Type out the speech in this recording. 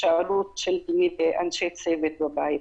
עלות של אנשי צוות בבית.